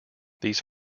these